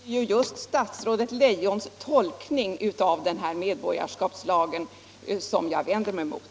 Herr talman! Det är just statsrådet Leijons tolkning av medborgarskapslagen som jag vänder mig mot.